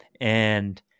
and-